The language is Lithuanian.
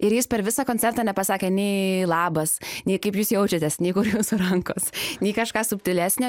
ir jis per visą koncertą nepasakė nei labas nei kaip jūs jaučiatės nei kur jūsų rankos nei kažką subtilesnio